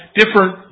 different